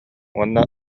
уонна